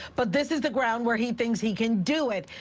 but this is the ground where he thinks he can do it.